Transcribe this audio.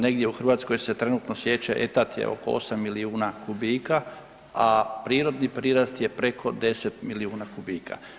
Negdje u Hrvatskoj se trenutno siječe … je oko 8 milijuna kubika, a prirodni prirast je preko 10 milijuna kubika.